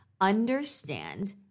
Understand